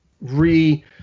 re